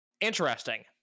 Interesting